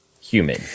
human